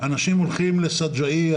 אנשים הולכים לסג'עייה,